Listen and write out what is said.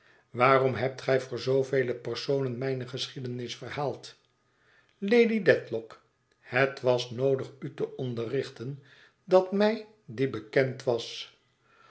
waarom hebt gij voor zoovele personen mijne geschiedenis verhaald lady dedlock het was noodig u te onderrichten dat mij die bekend was